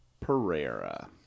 Pereira